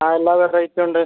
ആ എല്ലാ റേറ്റും ഉണ്ട്